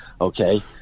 okay